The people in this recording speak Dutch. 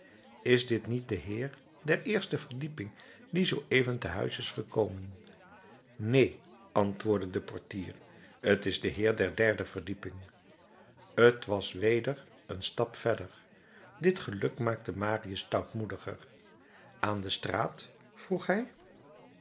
is dit niet de heer der eerste verdieping die zooeven te huis is gekomen neen antwoordde de portier t is de heer der derde verdieping t was weder een stap verder dit geluk maakte marius stoutmoediger aan de straat vroeg hij